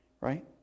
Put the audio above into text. right